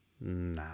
No